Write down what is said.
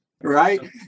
right